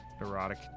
Erotic